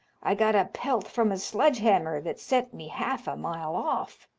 i got a pelt from a sledge-hammer that sent me half a mile off.